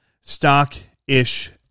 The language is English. stock-ish